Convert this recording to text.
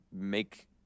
make